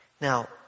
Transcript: Now